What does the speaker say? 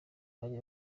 bari